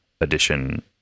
edition